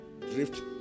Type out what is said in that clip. drift